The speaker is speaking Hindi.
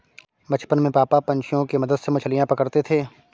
बचपन में पापा पंछियों के मदद से मछलियां पकड़ते थे